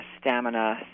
stamina